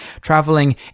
traveling